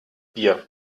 bier